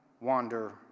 wander